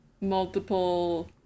multiple